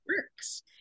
works